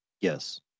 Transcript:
Yes